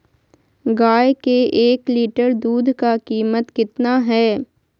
गाय के एक लीटर दूध का कीमत कितना है?